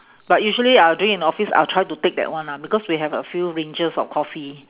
but usually ah during in office I'll try to take that one ah because we have a few ranges of coffee